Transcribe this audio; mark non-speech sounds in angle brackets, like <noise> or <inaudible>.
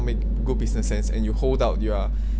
make good business sense and you hold out you are <breath>